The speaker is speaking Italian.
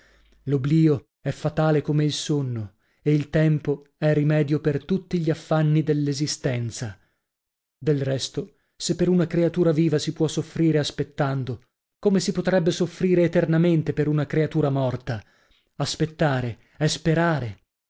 l'oblio è fatale come il sonno e il tempo è rimedio per tutti gli affanni dell'esistenza del resto se per una creatura viva si può soffrire aspettando come si potrebbe soffrire eternamente per una creatura morta aspettare è sperare